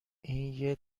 این